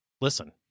listen